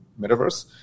metaverse